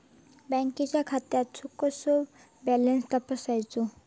बँकेच्या खात्याचो कसो बॅलन्स तपासायचो?